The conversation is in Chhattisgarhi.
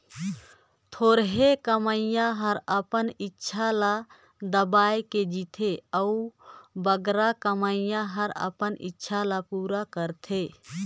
थोरहें कमोइया हर अपन इक्छा ल दबाए के जीथे अउ बगरा कमोइया हर अपन इक्छा ल पूरा करथे